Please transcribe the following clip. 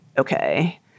okay